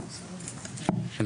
הכבודה.